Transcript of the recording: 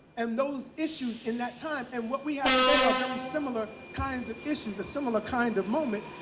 and those issues in that time. and what we have today are very similar kinds of issues a similar kind of moment.